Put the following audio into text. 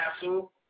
castle